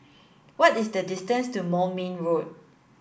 what is the distance to Moulmein Road